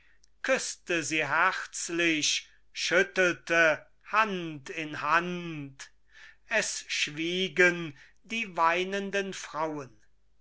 küßte sie herzlich schüttelte hand in hand es schwiegen die weinenden frauen